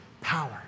power